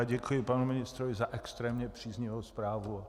Děkuji panu ministrovi za extrémně příznivou zprávu.